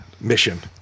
mission